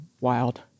wild